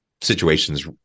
situations